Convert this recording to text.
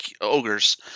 ogres